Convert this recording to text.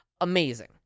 amazing